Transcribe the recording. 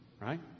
Right